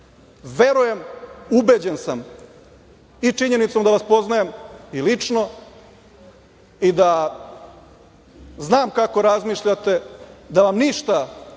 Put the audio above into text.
svoji. Verujem, ubeđen sam i činjenicom da vas poznajem, i lično i da znam kako razmišljate, da vam ništa osim